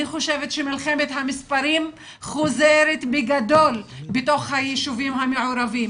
אני חושבת שמלחמת המספרים חוזרת בגדול בתוך היישובים המעורבים,